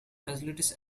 facilities